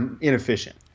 inefficient